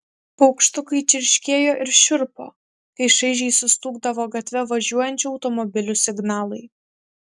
paukštukai čirškėjo ir šiurpo kai šaižiai sustūgdavo gatve važiuojančių automobilių signalai